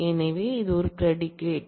எனவே இது ஒரு ப்ரெடிகேட்